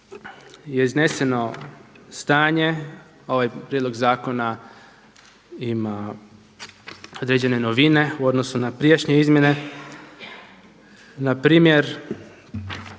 je izneseno stanje ovaj prijedlog zakona ima određene novine u odnosu na prijašnje izmjene, npr.